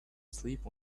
sleep